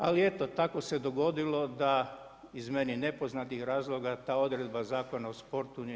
Ali, eto, tako se dogodilo, da iz meni nepoznatih razloga, ta odredba Zakona o sportu, nije